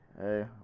Hey